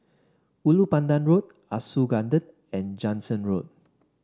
Ulu Pandan Road Ah Soo Garden and Jansen Road